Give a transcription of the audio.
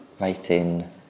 writing